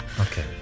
Okay